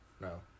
no